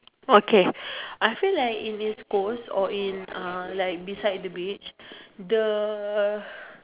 okay I feel like in east coast or in uh like beside the beach the